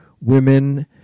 women